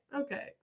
Okay